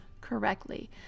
correctly